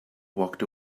walked